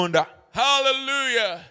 Hallelujah